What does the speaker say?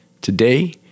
Today